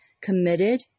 committed